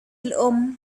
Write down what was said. الأم